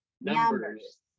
numbers